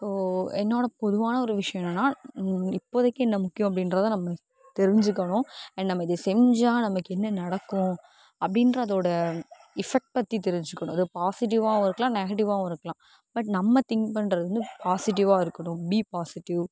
so என்னோட பொதுவான ஒரு விஷயம் என்னன்னா இப்போதைக்கு என்ன முக்கியம் அப்படின்றத நம்ம தெரிஞ்சுக்கணும் அண்ட் இதை நம்ம செஞ்சால் நமக்கு என்ன நடக்கும் அப்படின்றத்தோட எபஃக்ட் பற்றி தெரிஞ்சுக்கணும் பாசிட்டிவ்வாக இருக்கலாம் நெகடிவ்வாகவும் இருக்கலாம் பட் நம்ம திங்க் பண்ணுறது வந்து பாசிட்டிவ்வாக இருக்கணும் பீ பாசிட்டிவ்